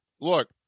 look